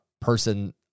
person